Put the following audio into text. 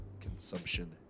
consumption